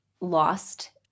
lost